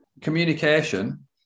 communication